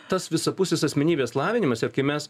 tas visapusės asmenybės lavinimas ir kai mes